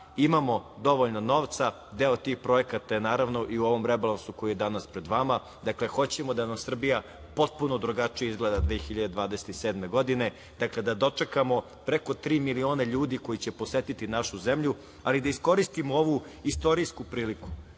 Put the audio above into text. imamo dovoljno novca. Deo tih projekata je naravno i u ovom rebalansu koji je danas pred vama. Dakle, hoćemo da nam Srbija potpuno drugačije izgleda 2027. godine. Dakle, da dočekamo tri miliona ljudi koji će posetiti našu zemlju, ali i da iskoristimo ovu istorijsku priliku